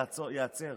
ייעצר,